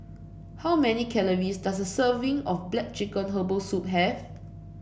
how many calories does a serving of black chicken Herbal Soup have